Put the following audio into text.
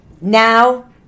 now